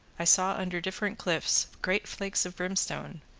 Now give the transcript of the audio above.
i saw under different cliffs great flakes of brimstone,